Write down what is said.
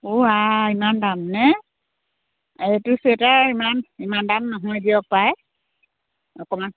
অ' আই ইমান দাম নে এইটো ছুৱেটাৰ ইমান ইমান দাম নহয় দিয়ক পায় অকণমান